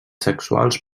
sexuals